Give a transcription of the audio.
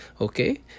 okay